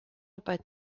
about